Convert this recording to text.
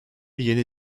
yeni